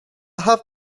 have